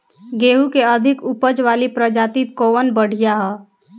गेहूँ क अधिक ऊपज वाली प्रजाति कवन बढ़ियां ह?